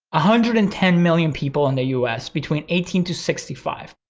ah hundred and ten million people in the u s. between eighteen to sixty five.